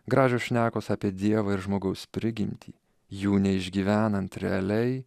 gražios šnekos apie dievą ir žmogaus prigimtį jų neišgyvenant realiai